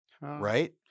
right